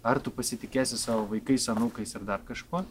ar tu pasitikėsi savo vaikais anūkais ir dar kažkuo